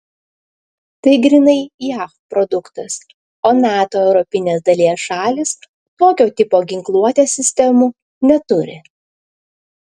tai grynai jav produktas o nato europinės dalies šalys tokio tipo ginkluotės sistemų neturi